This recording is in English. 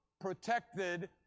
protected